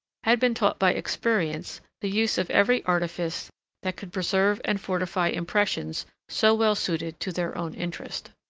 had been taught by experience the use of every artifice that could preserve and fortify impressions so well suited to their own interest.